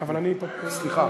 לא נכון,